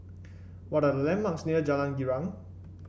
what are landmarks near Jalan Girang